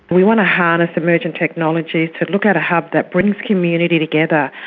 we want to harness emerging technology to look at a hub that brings community together.